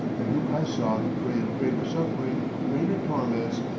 and whom i saw the prey of greater suffering, greater torments,